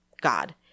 God